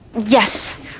Yes